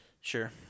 Sure